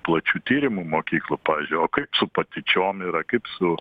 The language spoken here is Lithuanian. plačių tyrimų mokyklų pavyzdžiui o kaip su patyčiom yra kaip su